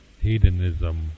hedonism